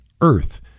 Earth